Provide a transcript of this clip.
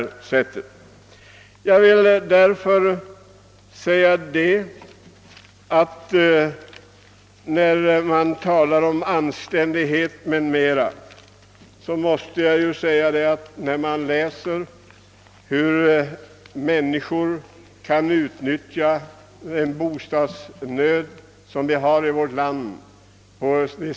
I anslutning till talet om anständighet vill jag säga att detta ord sannerligen inte är tillämpligt på de metoder som används för att utnyttja den bostadsnöd som råder i vårt land.